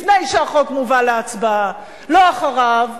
לפני שהחוק מובא להצבעה לא אחרי כן,